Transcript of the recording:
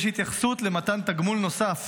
יש התייחסות למתן תגמול נוסף